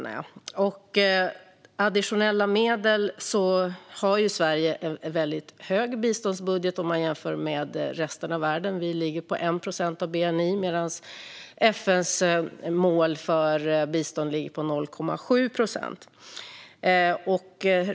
När det gäller additionella medel har Sverige en väldigt stor biståndsbudget om man jämför med resten av världen; vi ligger på 1 procent av bni medan FN:s mål för bistånd ligger på 0,7 procent.